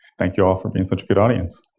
thank you all for being such a good audience.